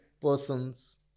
person's